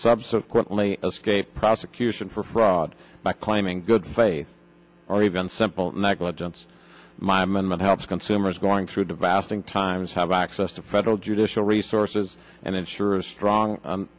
subsequently escape prosecution for fraud by claiming good faith or even simple negligence my amendment helps consumers going through the vast and times have access to federal judicial resources and ensure a strong